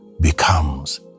becomes